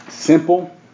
Simple